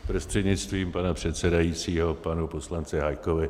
Prostřednictvím pana předsedajícího panu poslanci Hájkovi.